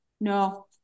no